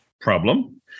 problem